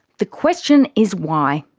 the question is why?